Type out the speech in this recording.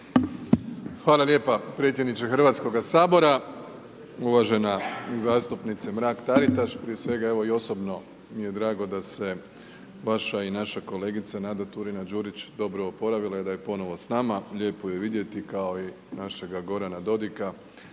Hvala lijepa predsjedniče Hrvatskoga sabora. Uvažena zastupnice Mrak Taritaš, prije svega evo i osobno mi je drago da se vaša i naša kolegica Nada Turina- Đurić dobro oporavila, da je ponovno s nama, lijepo ju je vidjeti kao i našeg Gorana Dodiga,